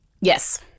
yes